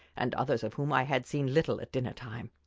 and others of whom i had seen little at dinner time.